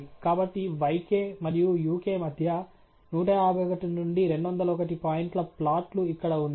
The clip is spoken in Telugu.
కాబట్టి yk మరియు uk మధ్య 151 నుండి 201 పాయింట్ల ప్లాట్లు ఇక్కడ ఉన్నాయి